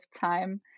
time